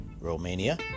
Romania